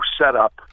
setup